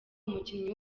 umukinnyi